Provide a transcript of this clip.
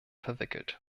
verwickelt